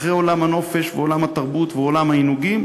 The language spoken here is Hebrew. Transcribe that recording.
אחרי עולם הנופש ועולם התרבות ועולם העינוגים,